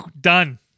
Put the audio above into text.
done